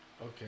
Okay